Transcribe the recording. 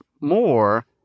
more